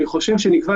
"מגבלת התנועה